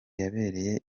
yabereye